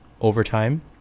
overtime